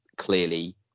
Clearly